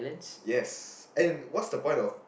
yes and what's the point of